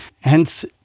hence